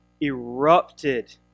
erupted